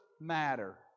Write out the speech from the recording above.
matter